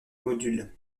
module